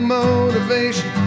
motivation